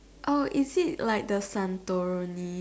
oh is it like the Santorini